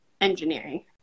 engineering